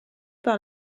par